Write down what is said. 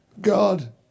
God